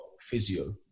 physio